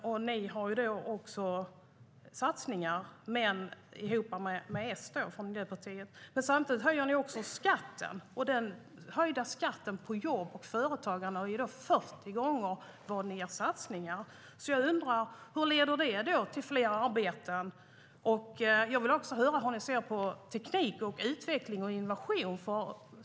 Ni i Miljöpartiet har också satsningar, Elisabet Knutsson, men ihop med S. Men samtidigt höjer ni skatten, och den höjda skatten på jobb och företagande är 40 gånger större än era satsningar. Jag undrar: Hur leder det till fler arbeten? Jag vill också höra hur ni ser på teknik, utveckling och innovation.